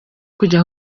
kujya